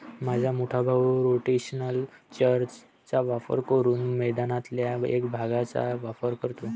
माझा मोठा भाऊ रोटेशनल चर चा वापर करून मैदानातल्या एक भागचाच वापर करतो